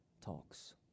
talks